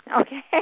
Okay